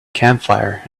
campfire